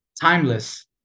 timeless